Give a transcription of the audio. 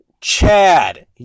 Chad